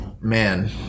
man